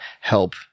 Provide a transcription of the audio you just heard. help